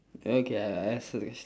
okay I I ask you question